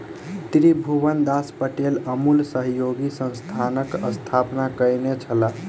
त्रिभुवनदास पटेल अमूल सहयोगी संस्थानक स्थापना कयने छलाह